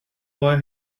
boy